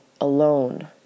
alone